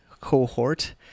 cohort